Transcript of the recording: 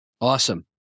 Awesome